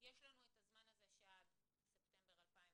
את הזמן הזה של עד ספטמבר 2019,